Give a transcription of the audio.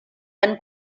han